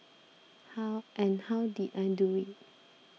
how and how did I do it